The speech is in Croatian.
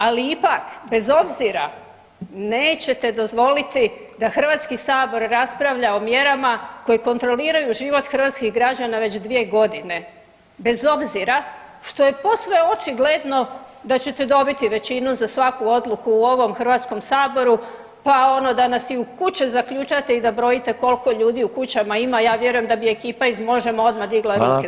Ali ipak, bez obzira, nećete dozvoliti da HS raspravlja o mjerama koje kontroliraju život hrvatskih građana već 2 godine, bez obzira što je posve očigledno da ćete dobiti većinu za svaku odluku u ovom HS-u pa ono da nas i u kuće zaključate i da brojite koliko ljudi u kućama ima, ja vjerujem da bi ekipa iz Možemo odmah digla ruke za tako nešto.